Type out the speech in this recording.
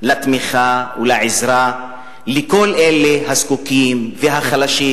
לתמיכה ולעזרה לכל אלה הזקוקים והחלשים,